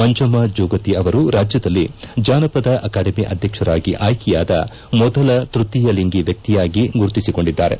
ಮಂಜಮ್ಮ ಜೋಗತಿ ಅವರು ರಾಜ್ವದಲ್ಲಿ ಜಾನಪದ ಅಕಾಡೆಮಿ ಆಧ್ಯಕ್ಷರಾಗಿ ಆಯ್ಕೆಯಾದ ಮೊದಲ ತೃಕೀಯ ಲಿಂಗಿ ವ್ಯಕ್ತಿಯಾಗಿ ಗುರುತಿಸಿಕೊಂಡಿದ್ದಾರೆ